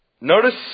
Notice